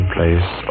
Place